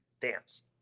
dance